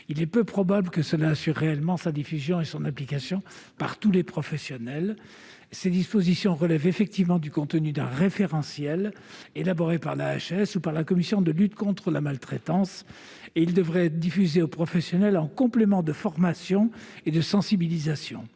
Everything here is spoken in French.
Il est peu probable que cela assure réellement sa diffusion et son application par tous les professionnels. Ces dispositions relèvent effectivement du contenu d'un référentiel, élaboré par la HAS ou par la Commission pour la lutte contre la maltraitance, qui devrait être diffusé aux professionnels en complément de formations et de sensibilisations.